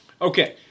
Okay